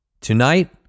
Tonight